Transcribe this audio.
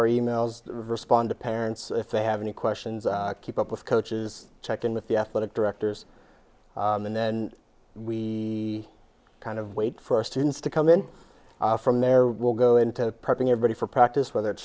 our e mails respond to parents if they have any questions keep up with coaches check in with the athletic directors and then we kind of wait for students to come in from there will go into prepping your body for practice whether it's